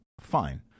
Fine